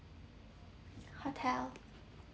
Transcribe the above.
hotel